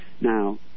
Now